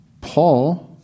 Paul